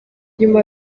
nyuma